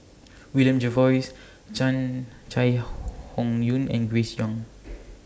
William Jervois Chai Hon Yoong and Grace Young